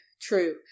true